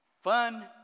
fun